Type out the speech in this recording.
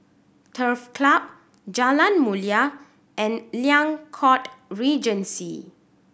Turf Club Jalan Mulia and Liang Court Regency